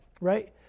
right